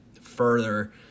further